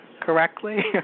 correctly